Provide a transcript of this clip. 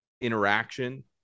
interaction